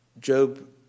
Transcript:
Job